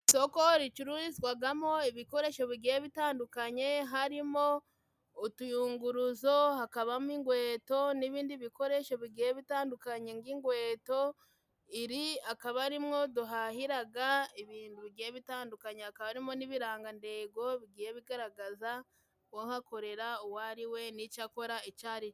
Isoko ricururizwagamo ibikoresho bigiye bitandukanye harimo utuyunguruzo, hakabamo inkweto n'ibindi bikoresho bigiye bitandukanye nk'inkweweto. Iri akaba arimwo duhahiraga ibindu bigiye bitandukanye, hakaba harimo n'ibirangandengo bigiye bigaragaza uwahakorera uwo ari we n'icyo akora icyo ari cyo.